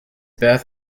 beth